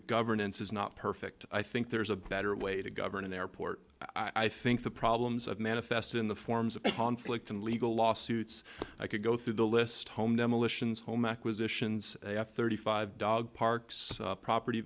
governance is not perfect i think there's a better way to govern an airport i think the problems of manifest in the forms of conflict and legal lawsuits i could go through the list home demolitions home acquisitions f thirty five dog parks property